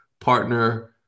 partner